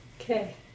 Okay